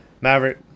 Maverick